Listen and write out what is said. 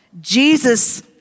Jesus